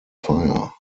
fire